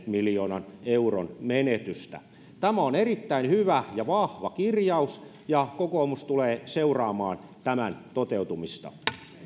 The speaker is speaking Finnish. miljoonan euron menetystä tämä on erittäin hyvä ja vahva kirjaus ja kokoomus tulee seuraamaan tämän toteutumista